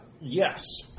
Yes